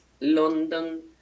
london